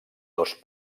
dos